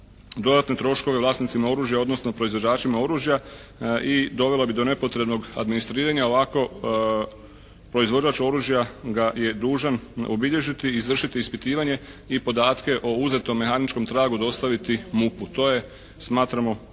dodatne troškove vlasnicima oružja, odnosno proizvođačima oružja i dovela bi do nepotrebnog administriranja. Ovako proizvođač oružja ga je dužan obilježiti i izvršiti ispitivanje i podatke o uzetom mehaničkom tragu dostaviti MUP-u. To je smatramo